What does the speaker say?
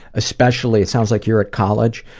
especially it sounds like you're at college.